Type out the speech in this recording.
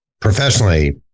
professionally